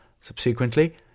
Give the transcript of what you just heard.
Subsequently